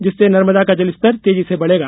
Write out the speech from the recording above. जिससे नर्मदा का जलस्तर तेजी से बढ़ेगा